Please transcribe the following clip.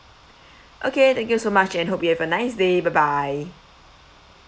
okay thank you so much and hope you have a nice day bye bye